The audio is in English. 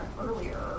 earlier